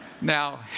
Now